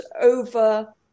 over